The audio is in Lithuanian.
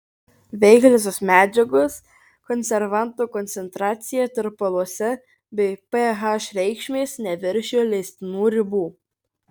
veikliosios medžiagos konservanto koncentracija tirpaluose bei ph reikšmės neviršijo leistinų ribų